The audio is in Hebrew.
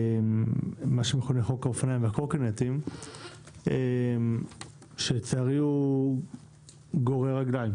מה שמכונה חוק האופניים והקורקינטים שלצערי גורר רגליים